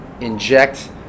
inject